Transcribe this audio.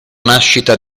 nascita